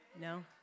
No